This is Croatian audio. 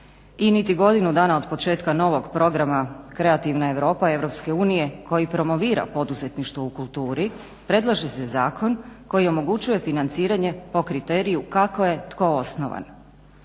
i niti godinu dana od početka novog programa kreativna Europa Europske unije koji promovira poduzetništvo u kulturi predlaže se zakon koji omogućuje financiranje po kriteriju kako je tko osnovan.